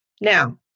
Now